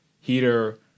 heater